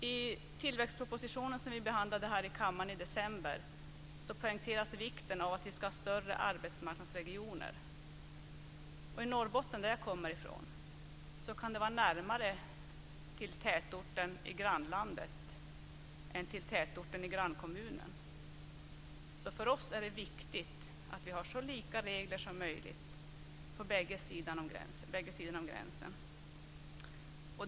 I tillväxtpropositionen, som vi behandlade här i kammaren i december, poängteras vikten av att vi ska ha större arbetsmarknadsregioner. I Norrbotten, som jag kommer ifrån, kan det vara närmare till tätorten i grannlandet än till tätorten i grannkommunen. För oss är det viktigt att vi har så lika regler som möjligt på båda sidorna om gränsen.